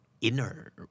inner